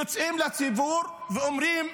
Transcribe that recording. יוצאים לציבור ואומרים: